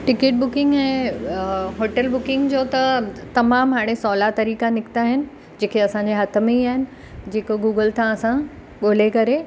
ticket booking ऐं hotel booking जो त तमामु हाणे सहुला तरीक़ा निकिता आहिनि जेके असांजे हथु में ई आहिनि जेको गूगल था असां ॻोल्हे करे